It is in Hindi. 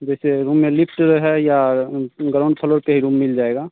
जैसे रूम में लिफ्ट है या ग्राउंड फ्लोर के ही रूम मिल जाएगा